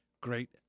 Great